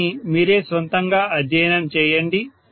దీనిని మీరే స్వంతంగా అధ్యయనం చేయండి